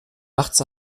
nachts